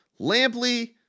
Lampley